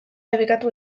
debekatu